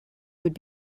would